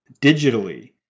digitally